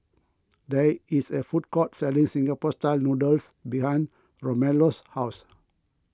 there is a food court selling Singapore Style Noodles behind Romello's house